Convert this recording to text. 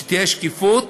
שתהיה שקיפות.